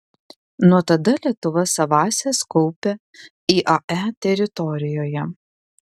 nuo tada lietuva savąsias kaupia iae teritorijoje